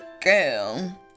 girl